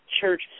church